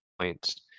points